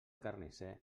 carnisser